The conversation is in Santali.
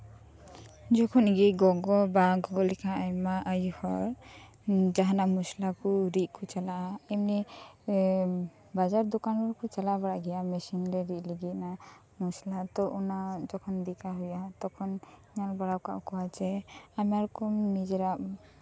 ᱡᱚᱠᱷᱚᱱ ᱜᱮ ᱜᱚᱜᱚ ᱵᱟ ᱜᱚᱜᱚ ᱞᱮᱠᱷᱟᱱ ᱟᱭᱢᱟ ᱟᱭᱳ ᱦᱚᱲ ᱡᱟᱦᱟᱱᱟᱜ ᱢᱚᱥᱞᱟ ᱠᱚ ᱨᱤᱫ ᱠᱚ ᱪᱟᱞᱟᱜᱼᱟ ᱮᱢᱱᱤ ᱮᱫ ᱵᱟᱡᱟᱨ ᱫᱚᱠᱟᱱ ᱠᱚ ᱪᱟᱞᱟᱣ ᱵᱟᱲᱟᱜ ᱜᱮᱭᱟ ᱢᱮᱥᱤᱱ ᱨᱮ ᱨᱤᱫ ᱞᱟᱹᱜᱤᱫ ᱢᱟ ᱢᱚᱥᱞᱟ ᱛᱚ ᱚᱱᱟ ᱡᱮᱠᱷᱚᱱ ᱫᱮᱠᱷᱟ ᱦᱳᱭᱳᱜᱼᱟ ᱛᱚᱠᱷᱚᱱ ᱧᱮᱞ ᱵᱟᱲᱟ ᱟᱠᱟᱫ ᱠᱚᱣᱟ ᱡᱮ ᱟᱭᱢᱟ ᱨᱚᱠᱚᱢ ᱱᱤᱡᱮᱨᱟᱜ